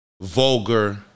vulgar